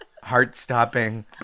Heart-stopping